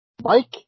Mike